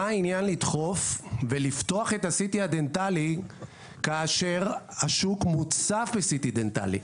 מה העניין לדחוף ולפתוח את ה-CT הדנטלי כאשר השוק מוצף ב-CT דנטלי?